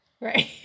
Right